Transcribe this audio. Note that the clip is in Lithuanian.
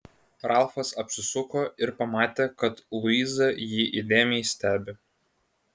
ralfas apsisuko ir pamatė kad luiza jį įdėmiai stebi